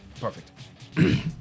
Perfect